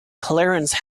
clarence